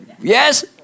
Yes